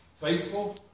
Faithful